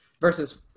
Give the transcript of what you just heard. versus